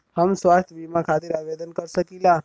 हम स्वास्थ्य बीमा खातिर आवेदन कर सकीला?